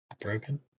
broken